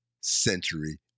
century